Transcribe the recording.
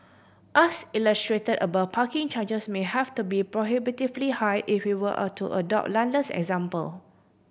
as illustrate above parking charges may have to be prohibitively high if we were all to adopt London's example